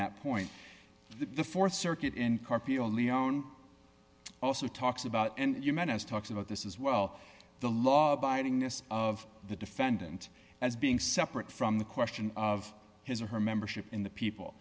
that point the th circuit in carpio leone also talks about and you meant as talks about this as well the law abiding this of the defendant as being separate from the question of his or her membership in the people